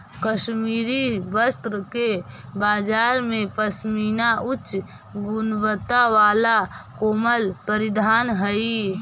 कश्मीरी वस्त्र के बाजार में पशमीना उच्च गुणवत्ता वाला कोमल परिधान हइ